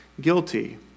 guilty